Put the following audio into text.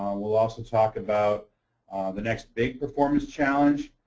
um we'll also talk about the next big performance challenge.